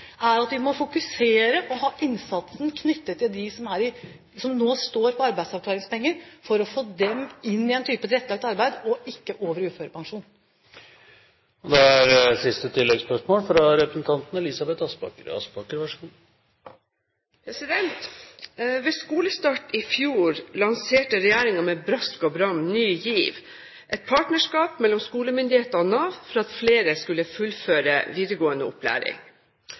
er at vi må fokusere på å ha innsatsen knyttet til dem som nå står på arbeidsavklaringspenger, for å få dem inn i et tilrettelagt arbeid og ikke over på uførepensjon. Elisabeth Aspaker – til oppfølgingsspørsmål. Ved skolestart i fjor lanserte regjeringen med brask og bram Ny GIV, et partnerskap mellom skolemyndighetene og Nav for at flere skulle fullføre videregående opplæring.